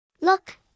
Look